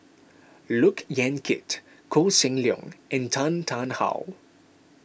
Look Yan Kit Koh Seng Leong and Tan Tarn How